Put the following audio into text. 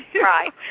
Right